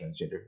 transgender